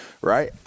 right